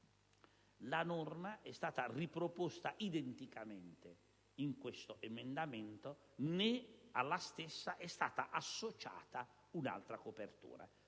La norma è stata riproposta in modo identico in questo emendamento, né alla stessa è stata associata un'altra copertura: